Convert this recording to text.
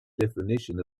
definition